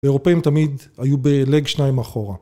באירופאים תמיד היו בלג שניים אחורה